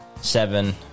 seven